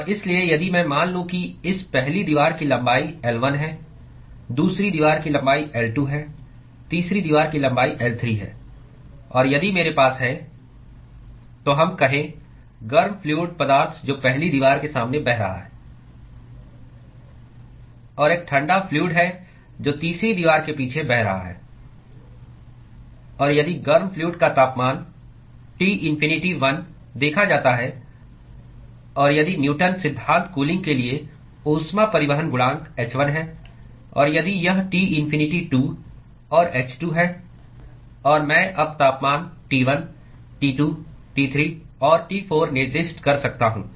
और इसलिए यदि मैं मान लूं कि इस पहली दीवार की लंबाई L1 है दूसरी दीवार की लंबाई L2 है तीसरी दीवार की लंबाई L3 है और यदि मेरे पास है तो हम कहें गर्म फ्लूअड पदार्थ जो पहली दीवार के सामने बह रहा है और एक ठंडा फ्लूअड है जो तीसरी दीवार के पीछे बह रहा है और यदि गर्म फ्लूअड का तापमान T इन्फिनिटी 1 देखा जाता है और यदि न्यूटन सिद्धांत कूलिंग के लिए ऊष्मा परिवहन गुणांक h 1 है और यदि यह T इन्फिनिटी 2 और h 2 है और मैं अब तापमान T 1 T 2 T 3 और T 4 निर्दिष्ट कर सकता हूं